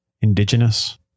Indigenous